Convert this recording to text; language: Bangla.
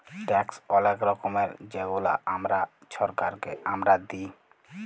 ট্যাক্স অলেক রকমের যেগলা আমরা ছরকারকে আমরা দিঁই